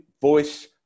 voice